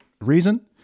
reason